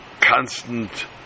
constant